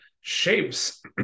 shapes